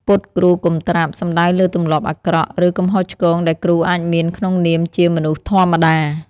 «ពុតគ្រូកុំត្រាប់» សំដៅលើទម្លាប់អាក្រក់ ឬកំហុសឆ្គងដែលគ្រូអាចមានក្នុងនាមជាមនុស្សធម្មតា។